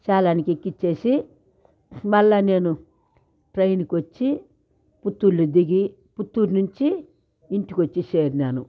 సేలానికి ఎక్కించి మరల నేను ట్రైన్కు వచ్చి పుత్తూరులో దిగి పుత్తూరు నుంచి ఇంటికి వచ్చి చేరినాను